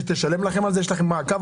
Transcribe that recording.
יש לכם מעקב?